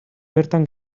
bertan